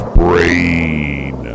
brain